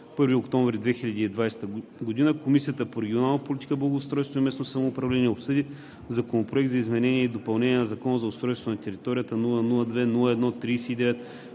21 октомври 2020 г., Комисията по регионална политика, благоустройство и местно самоуправление обсъди Законопроект за изменение и допълнение на Закона за устройство на територията, № 002-01-49,